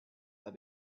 had